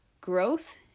growth